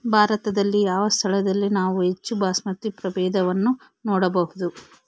ಭಾರತದಲ್ಲಿ ಯಾವ ಸ್ಥಳದಲ್ಲಿ ನಾವು ಹೆಚ್ಚು ಬಾಸ್ಮತಿ ಪ್ರಭೇದವನ್ನು ನೋಡಬಹುದು?